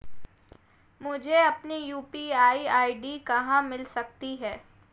मुझे अपनी UPI ID कहां मिल सकती है?